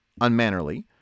unmannerly